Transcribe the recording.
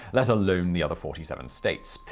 let alone the other forty seven states.